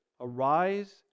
Arise